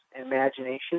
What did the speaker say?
imagination